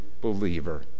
believer